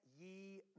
Ye